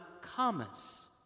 commas